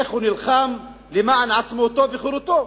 איך הוא נלחם למען עצמאותו וחירותו.